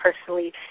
personally